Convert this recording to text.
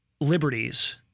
liberties